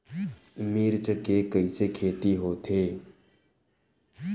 मिर्च के कइसे खेती होथे?